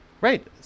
Right